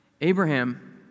Abraham